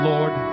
Lord